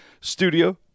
Studio